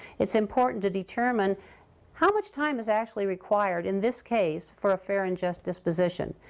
it's important to determine how much time is actually required in this case for a fair and just disposition,